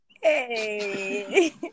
Hey